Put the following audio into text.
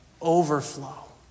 overflow